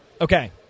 Okay